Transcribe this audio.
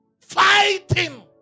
Fighting